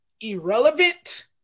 irrelevant